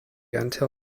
until